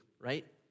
right